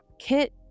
Kit